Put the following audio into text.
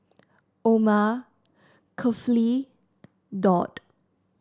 Omar Kefli Daud